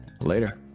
Later